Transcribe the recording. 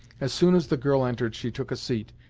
as soon as the girl entered she took a seat,